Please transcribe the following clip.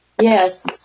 Yes